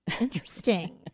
Interesting